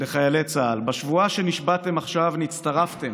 לחיילי צה"ל: "בשבועה שנשבעתם עכשיו נצטרפתם